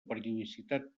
periodicitat